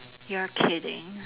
you are kidding